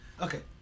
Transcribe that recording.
Okay